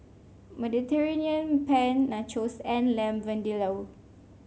Mediterranean Penne Nachos and Lamb Vindaloo